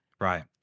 right